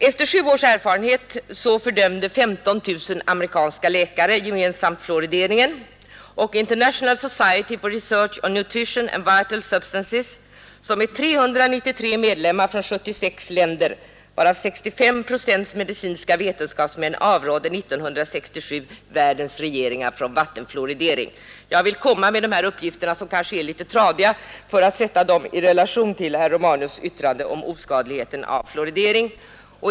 Efter sju års erfarenhet fördömde 15 000 amerikanska läkare gemensamt fluorideringen, och International Society for Research on Nutrition and Vital Substances, som har 393 medlemmar från 76 länder, varav 65 procent medicinska vetenskapsmän, avrådde år 1967 världens regeringar från vattenfluoridering. Jag vill lämna dessa uppgifter, som kanske är något tradiga, för att sätta dem i relation till herr Romanus” yttrande om oskadligheten av fluorideringen.